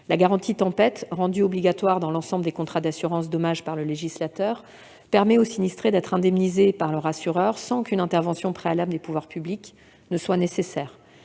La garantie tempête, rendue obligatoire dans l'ensemble des contrats d'assurance dommage par le législateur, permet aux sinistrés d'être indemnisés par leur assureur sans qu'une intervention préalable des pouvoirs publics soit nécessaire.